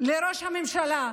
לראש הממשלה,